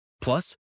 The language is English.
Plus